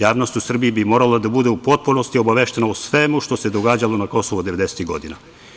Javnost u Srbiji bi morala da bude u potpunosti obaveštena o svemu što se događalo na Kosovu devedesetih godina.